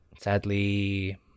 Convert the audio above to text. sadly